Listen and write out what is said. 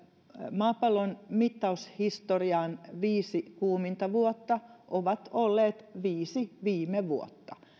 maapallon mittaushistorian viisi kuuminta vuotta ovat olleen viisi viime vuotta